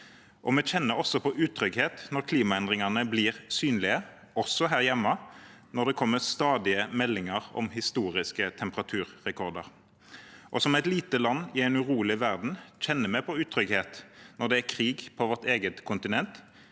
Vi kjenner også på utrygghet når klimaendringene blir synlige, også her hjemme, når det kommer stadige meldinger om historiske temperaturrekorder. Som et lite land i en urolig verden kjenner vi også på utrygghet når det er krig på vårt eget kontinent,